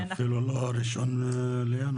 זה אפילו לא 1 בינואר.